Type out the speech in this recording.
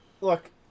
Look